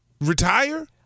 retire